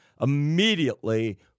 immediately